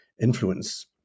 influence